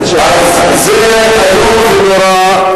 זה איום ונורא,